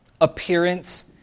appearance